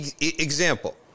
example